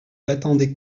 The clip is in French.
l’attendait